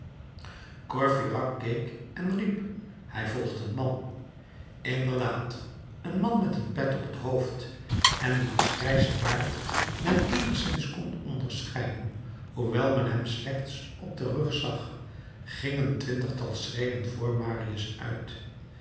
courfeyrac keek en riep hij volgt een man inderdaad een man met een pet op t hoofd en wiens grijzen baard men eenigszins kon onderscheiden hoewel men hem slechts op den rug zag ging een twintigtal schreden vr marius uit